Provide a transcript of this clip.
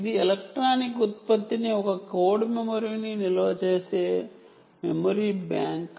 ఇది electronic product code memory ని నిల్వ చేసే మెమరీ బ్యాంక్